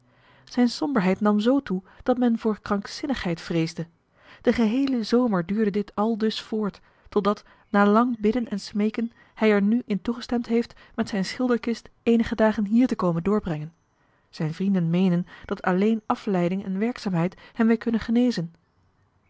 zijn somberheid nam zoo toe dat men voor krankzinnigheid vreesde den geheelen zomer duurde dit aldus voort totdat na lang bidden en smeeken hij er nu in toegestemd heeft met zijn schilderkist eenige dagen hier te komen doorbrengen zijn vrienden meenen dat alleen afleiding en werkzaamheid hem weer kunnen genezen